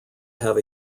have